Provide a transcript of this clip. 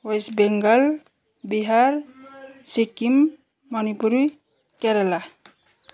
West Bengal Bihar Sikkim Manipur Kerala